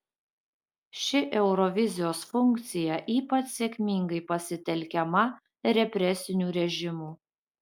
ši eurovizijos funkcija ypač sėkmingai pasitelkiama represinių režimų